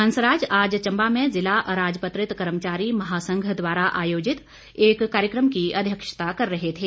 हंसराज आज चंबा में जिला अराजपत्रित कर्मचारी महासंघ द्वारा आयोजित एक कार्यक्रम की अध्यक्षता कर रहे थे